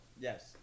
Yes